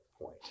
point